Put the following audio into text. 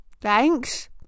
Thanks